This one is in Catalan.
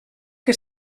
que